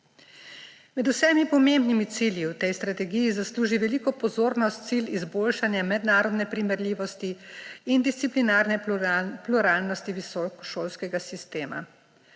Med vsemi pomembnimi cilji v tej strategiji zasluži veliko pozornost cilj izboljšanja mednarodne primerljivosti in disciplinarne pluralnosti visokošolskega sistema.